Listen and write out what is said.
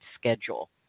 schedule